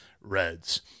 Reds